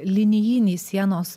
linijiniai sienos